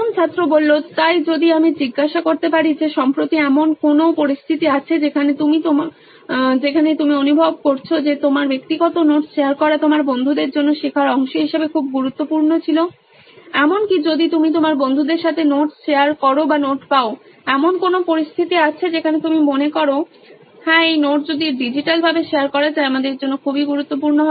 প্রথম ছাত্র তাই যদি আমি জিজ্ঞাসা করতে পারি যে সম্প্রতি এমন কোনো পরিস্থিতি আছে যেখানে তুমি যেখানে তুমি অনুভব করেছো যে তোমার ব্যক্তিগত নোট শেয়ার করা তোমার বন্ধুদের জন্য শেখার অংশ হিসাবে খুব গুরুত্বপূর্ণ ছিল এমনকি যদি তুমি তোমার বন্ধুদের সাথে নোট শেয়ার করো বা নোট পাও এমন কোনো পরিস্থিতি আছে যেখানে তুমি মনে করো হ্যাঁ এই নোট যদি ডিজিটালভাবে শেয়ার করা যায় আমাদের জন্য খুবই গুরুত্বপূর্ণ